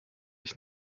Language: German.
ich